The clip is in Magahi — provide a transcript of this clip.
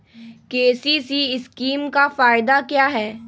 के.सी.सी स्कीम का फायदा क्या है?